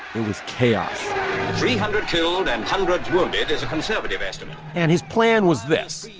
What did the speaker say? it was chaos three hundred killed and hundreds wounded is a conservative estimate and his plan was this.